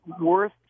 worth